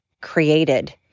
created